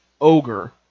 Ogre